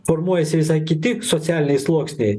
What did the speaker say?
formuojasi visai kiti socialiniai sluoksniai